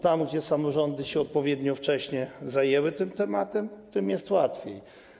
Tam, gdzie samorządy odpowiednio wcześnie zajęły się tym tematem, tam jest łatwiej.